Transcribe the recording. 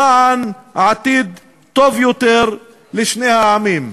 למען עתיד טוב יותר לשני העמים.